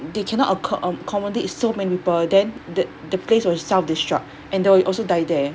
they cannot acco~ accommodate so many people then th~ the place will self destruct and they will also die there